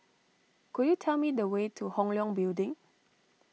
could you tell me the way to Hong Leong Building